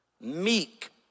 meek